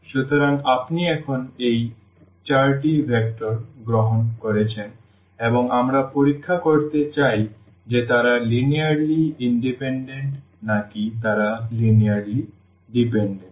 সুতরাং আপনি এখন এই 4টি ভেক্টর গ্রহণ করেছেন এবং আমরা পরীক্ষা করতে চাই যে তারা লিনিয়ারলি ইন্ডিপেন্ডেন্ট নাকি তারা লিনিয়ারলি ডিপেন্ডেন্ট